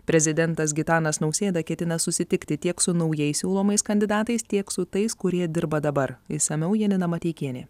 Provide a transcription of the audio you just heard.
prezidentas gitanas nausėda ketina susitikti tiek su naujai siūlomais kandidatais tiek su tais kurie dirba dabar išsamiau janina mateikienė